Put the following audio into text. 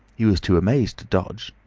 he was too amazed to dodge.